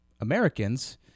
Americans